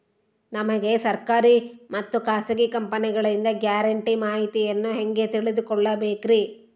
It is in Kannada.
ನಮಗೆ ಸರ್ಕಾರಿ ಮತ್ತು ಖಾಸಗಿ ಕಂಪನಿಗಳಿಂದ ಗ್ಯಾರಂಟಿ ಮಾಹಿತಿಯನ್ನು ಹೆಂಗೆ ತಿಳಿದುಕೊಳ್ಳಬೇಕ್ರಿ?